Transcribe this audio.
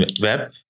web